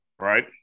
Right